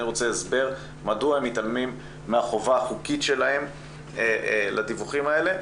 אני רוצה הסבר מדוע הם מתעלמים מהחובה החוקית שלהם לדיווחים האלה.